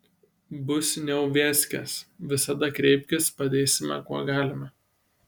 bus neuviazkės visada kreipkis padėsime kuo galime